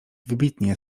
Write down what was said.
wybitnie